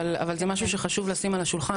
אבל זה משהו שחשוב לשים על השולחן,